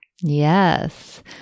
Yes